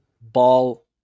ball